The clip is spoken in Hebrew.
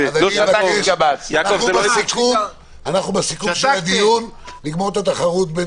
אנחנו בסיכום של הדיון נגמור את התחרות בין